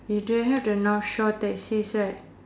you don't have the north shore taxis right